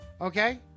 Okay